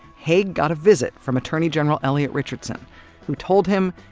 haig got a visit from attorney general elliot richardson who told him,